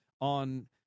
on